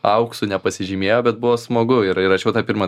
auksu nepasižymėjo bet buvo smagu ir įrašiau tą pirmą